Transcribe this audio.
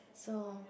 so